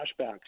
flashbacks